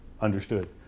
understood